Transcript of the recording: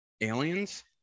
aliens